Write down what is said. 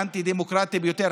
האנטי-דמוקרטי ביותר,